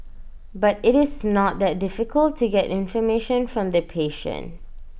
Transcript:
but IT is not that difficult to get information from the patient